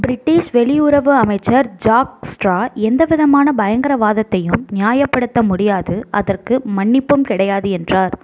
British வெளி உறவு அமைச்சர் ஜாக் ஸ்ட்ரா எந்தவிதமான பயங்கரவாதத்தையும் நியாயப்படுத்த முடியாது அதற்கு மன்னிப்பும் கிடையாது என்றார்